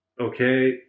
Okay